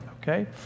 okay